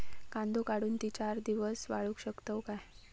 कांदो काढुन ती चार दिवस वाळऊ शकतव काय?